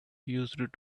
used